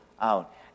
out